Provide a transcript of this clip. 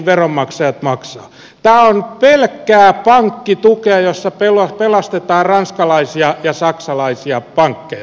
tämä on pelkkää pankkitukea jossa pelastetaan ranskalaisia ja saksalaisia pankkeja